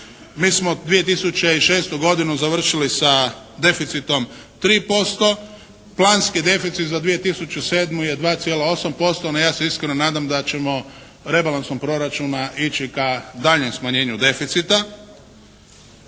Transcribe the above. mi smo 2006. godinu završili sa deficitom 3%. Planski deficit za 2007. je 2,8% no ja se iskreno nadam da ćemo rebalansom proračuna ići ka daljnjem smanjenju deficita.